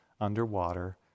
underwater